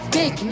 big